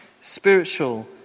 spiritual